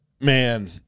man